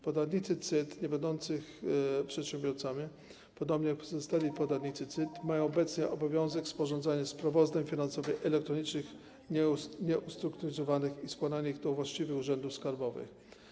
Podatnicy CIT niebędący przedsiębiorcami, podobnie jak pozostali podatnicy CIT, mają obecnie obowiązek sporządzania sprawozdań finansowych elektronicznych nieustrukturyzowanych i składania ich do właściwych urzędów skarbowych.